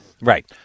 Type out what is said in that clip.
right